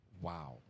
Wow